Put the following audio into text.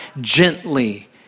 gently